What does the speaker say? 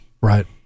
Right